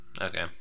okay